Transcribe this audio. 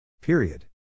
Period